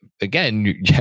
again